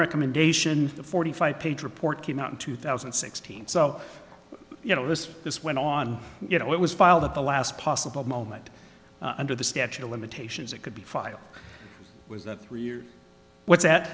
recommendation the forty five page report came out in two thousand and sixteen so you know this this went on you know it was filed at the last possible moment under the statute of limitations that could be filed was that three years what's